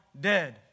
dead